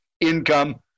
income